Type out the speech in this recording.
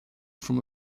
from